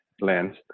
lens